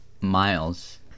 Miles